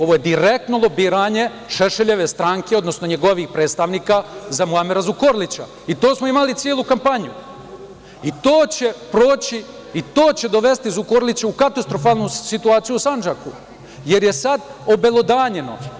Ovo je direktno lobiranje Šešeljeve stranke, odnosno njegovih predstavnika za Muamera Zukorlića, i to smo imali celu kampanju, i to će proći i dovesti Zukorlića u katastrofalnu situaciju u Sandžaku, jer je sada obelodanjeno.